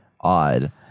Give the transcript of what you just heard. odd